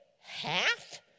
half